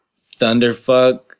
Thunderfuck